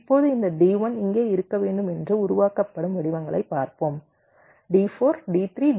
இப்போது இந்த D1 இங்கே இருக்க வேண்டும் என்று உருவாக்கப்படும் வடிவங்களைப் பார்ப்போம் D4 D3 D2 D1